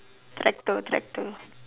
tractor tractor